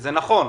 וזה נכון.